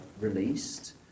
released